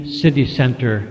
city-center